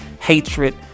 hatred